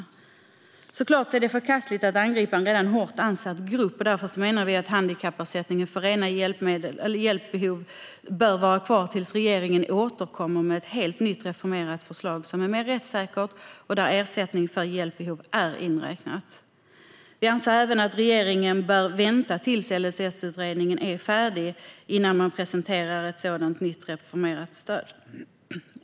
Det är såklart förkastligt att angripa en redan hårt utsatt grupp, och därför menar vi att handikappersättningen för rena hjälpbehov bör vara kvar tills regeringen återkommer med ett helt nytt reformerat förslag som är mer rättssäkert och där ersättning för hjälpbehov är inräknad. Vi anser även att regeringen bör vänta tills LSS-utredningen är färdig innan ett nytt reformerat stöd presenteras.